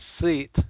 seat